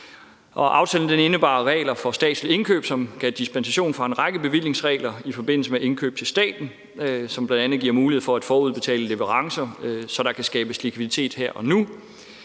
Aftalen indebar regler for statsligt indkøb, som gav dispensation for en række bevillingsregler i forbindelse med indkøb til staten, som bl.a. giver mulighed for at forudbetale leverancer, så der kan skabes likviditet her og nu.